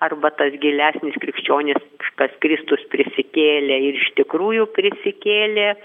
arba tas gilesnis krikščioniškas kristus prisikėlė ir iš tikrųjų prisikėlė